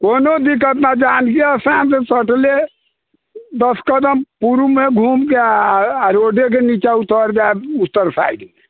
कोनो दिक्कत नहि जानकी स्थानसँ सटले दस कदम पूर्वमे घुमिकऽ आओर रोडेके निच्चा उतरि जैब उत्तर साइड